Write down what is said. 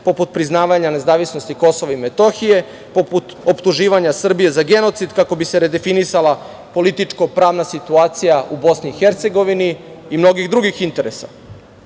poput priznavanja nezavisnosti KiM, poput optuživanja Srbije za genocid kako bi se redefinisala političko-pravna situacija u BiH i mnogih drugih interesa. Ali,